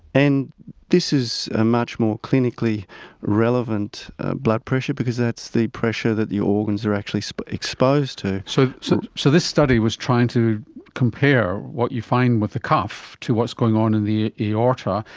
and this is a much more clinically relevant blood pressure because that's the pressure that the organs are actually so exposed to. so so so this study was trying to compare what you find with a cuff to what's going on in the aorta,